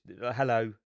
hello